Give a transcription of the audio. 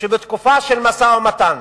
שבתקופה של משא-ומתן,